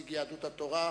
נציג יהדות התורה,